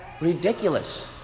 ridiculous